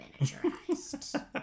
miniaturized